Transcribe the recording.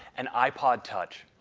and ipod touch.